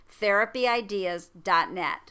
therapyideas.net